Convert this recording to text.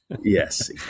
Yes